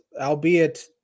albeit